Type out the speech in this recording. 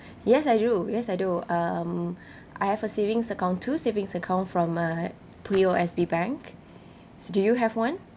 yes I do yes I do um I have a savings account two savings account from my P_O_S_B bank so do you have one